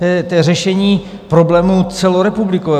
To je řešení problému celorepublikového.